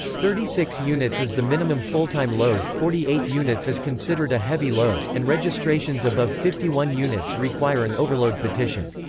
thirty six units is the minimum full-time load, forty eight units is considered a heavy load, and registrations above fifty one units require an overload petition.